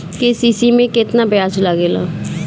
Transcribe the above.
KCC में केतना ब्याज लगेला?